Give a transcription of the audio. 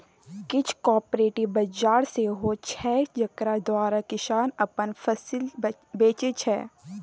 किछ कॉपरेटिव बजार सेहो छै जकरा द्वारा किसान अपन फसिल बेचै छै